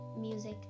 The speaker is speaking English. music